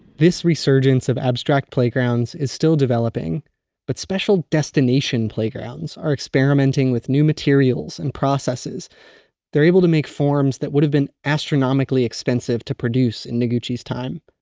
this resurgence of abstract playgrounds is still developing but special destination playgrounds are experimenting with new materials and processes they're able to make forms that would have been astronomically expensive to produce in noguchi's time.